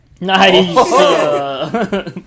Nice